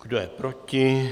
Kdo je proti?